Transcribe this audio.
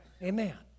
Amen